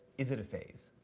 is it a phase?